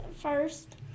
first